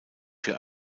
für